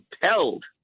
compelled